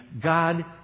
God